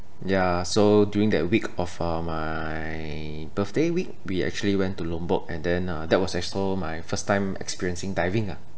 ya so during that week of uh my birthday week we actually went to lombok and then uh that was also my first time experiencing diving ah